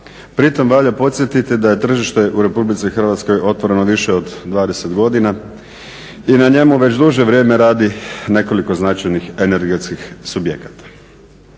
Pri tome valja podsjetiti da je tržište u RH otvoreno više od 20 godina i na njemu već duže vrijeme radi nekoliko značajnih energetskih subjekata.